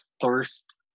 thirst